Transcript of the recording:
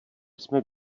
jsme